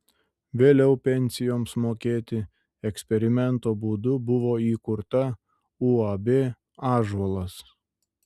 vėliau pensijoms mokėti eksperimento būdu buvo įkurta uab ąžuolas